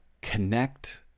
Connect